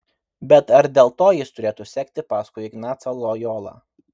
bet ar dėl to jis turėtų sekti paskui ignacą lojolą